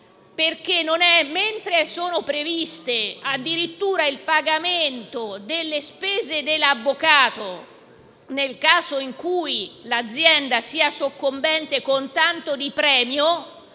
danno all'immagine. È previsto, addirittura, il pagamento delle spese dell'avvocato nel caso in cui l'azienda sia soccombente, con tanto di premio.